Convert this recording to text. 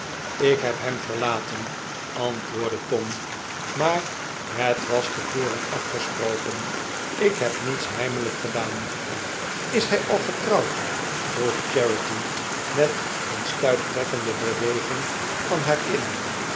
ik heb hem verlaten antwoordde tom maar het was tevoren afgesproken ik heb niets heimelijk gedaan is hij al getrouwd vroeg charity met een stuiptrekkende beweging van haar kin